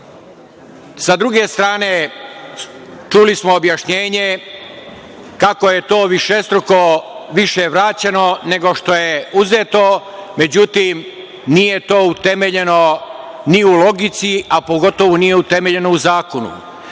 druge strane, čuli smo objašnjenje kako je višestruko više vraćeno nego što je uzeto. Međutim, nije to utemeljeno ni u logici, a pogotovo nije utemeljeno u zakonu.